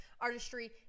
artistry